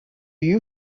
you